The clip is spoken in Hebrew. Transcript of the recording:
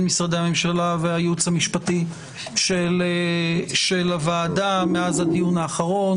משרדי הממשלה והייעוץ המשפטי של הוועדה מאז הדיון האחרון.